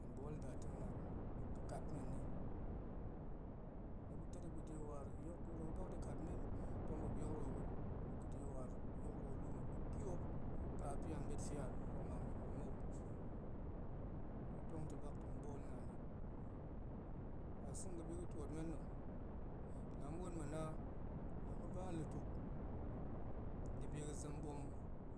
Hen ɓool nda teng naan ga̱ kat menni ma̱p la terep ga̱de war yok ruwo bak dekat men ma̱p tong ɓop yok ruwo ga̱de war yok ruwo luma̱p ga̱ tiop ka pian ɓetfia tong mang degurum mou, hen tong tobak tong ɓool naani ntasa̱no ga̱bi ga̱tiotmen na̱ la ma̱ buen ma̱ na la ga̱ ba lutuk debi ga̱ zem bum